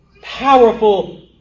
powerful